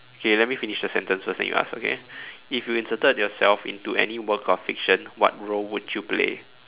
okay let me finish the sentence first then you ask okay if you inserted yourself into any work of fiction what role would you play